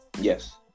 Yes